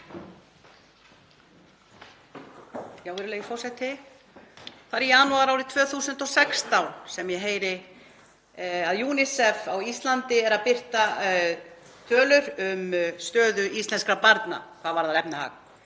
Virðulegi forseti. Það er í janúar árið 2016 sem ég heyri að UNICEF á Íslandi er að birta tölur um stöðu íslenskra barna hvað varðar efnahag.